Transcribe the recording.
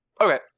Okay